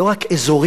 לא רק אזורית,